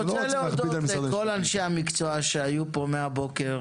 אנחנו לא רוצים להכביד על משרד המשפטים.